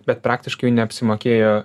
bet praktiškai jų neapsimokėjo